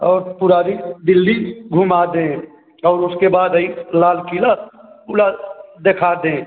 और पुरानी दिल्ली घुमा दें और उसके बाद ये लाल किला पूरा दिखा दें